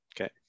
Okay